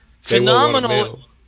phenomenal